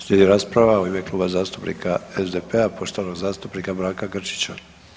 Slijedi rasprava u ime Kluba zastupnika SDP-a, poštovanog zastupnika Branka Grčića.